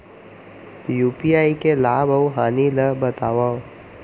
UPI के लाभ अऊ हानि ला बतावव